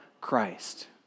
Christ